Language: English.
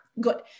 good